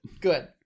Good